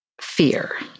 fear